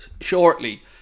shortly